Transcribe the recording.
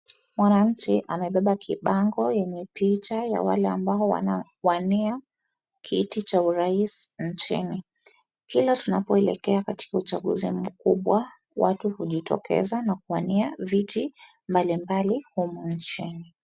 Mwananchi anabeba kibango yenye picha ya wale ambao wanawania kiti cha urais nchini. Kila tunapoelekea katika uchanguzi mkubwa watu hujitokeza na kuwania viti mbalimbali humu nchini.